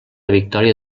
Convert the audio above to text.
victòria